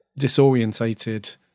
disorientated